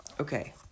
Okay